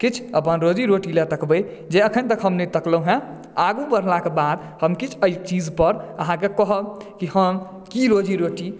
किछु अपन रोजी रोटी लए तकबै जे अखन तक हम नहि तकलहुँ हँ आगु बढ़लाके बाद हम किछु चीज पर अहाँकेँ कहब कि हम की रोजी रोटी